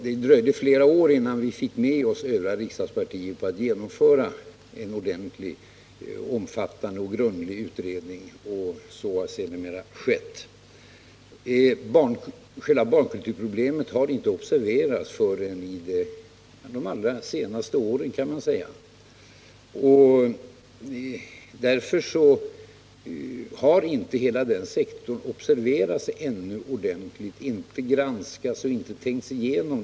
Det dröjde flera år innan vi fick med oss övriga riksdagspartier på att genomföra en omfattande och grundlig utredning. Själva barnkulturproblemen har inte observerats förrän de allra senaste åren. Därför har den sektorn ännu inte ordentligt granskats och tänkts igenom.